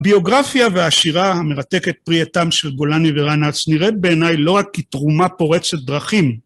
ביוגרפיה והשירה המרתקת פרי עטם של גולני ורנה הצנירת בעיניי לא רק כתרומה פורצת דרכים.